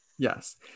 Yes